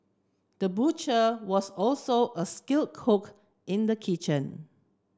the butcher was also a skilled cook in the kitchen